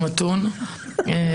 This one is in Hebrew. המתון, כן.